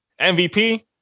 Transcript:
MVP –